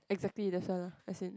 exactly that's why as in